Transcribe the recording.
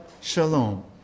Shalom